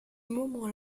moment